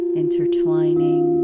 intertwining